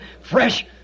fresh